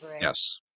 Yes